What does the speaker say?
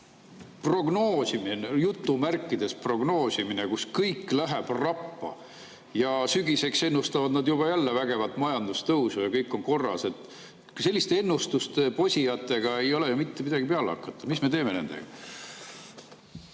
ikkagi käib selline "prognoosimine", kus kõik läheb rappa? Sügiseks ennustavad nad juba jälle vägevat majandustõusu ja kõik on korras. Selliste ennustuste ja posijatega ei ole ju mitte midagi peale hakata. Mis me teeme nendega?